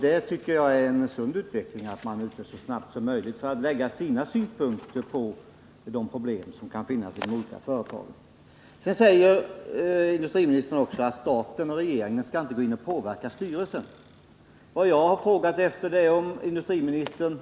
Det är en sund utveckling att man är ute så snabbt som möjligt för att lägga fram sina synpunkter på de problem som kan finnas i de olika företagen. Industriministern säger också att staten och regeringen inte skall gå in och påverka styrelsen. Vad jag har frågat är om industriministern,